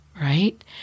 right